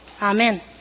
Amen